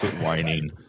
whining